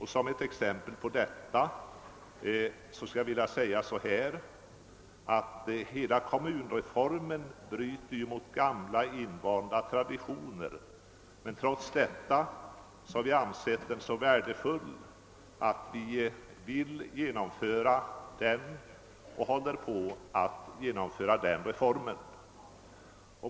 'Såsom ett exempel på detta skulle jag vilja påstå, att hela kommunreformen bryter mot gamla invanda traditioner, men trots detta har vi ansett den så värdefull att vi vill genomföra den och håller på därmed.